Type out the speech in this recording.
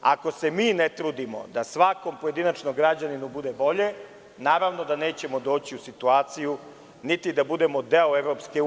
Ako se mi ne trudimo da svakom pojedinačno građaninu bude bolje, naravno da nećemo doći u situaciju niti da budemo deo EU.